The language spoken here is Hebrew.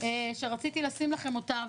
שרציתי לשים לכם אותה,